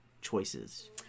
choices